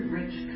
rich